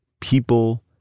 people